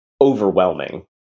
overwhelming